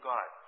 God